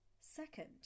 Second